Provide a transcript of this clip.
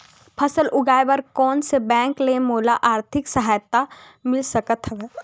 फसल लगाये बर कोन से बैंक ले मोला आर्थिक सहायता मिल सकत हवय?